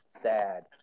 Sad